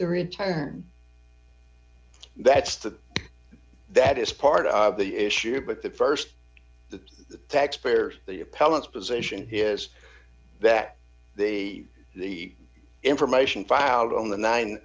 the return that's the that is part of the issue but the st the taxpayers the appellant's position is that the the information filed on the nine